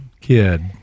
kid—